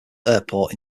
airport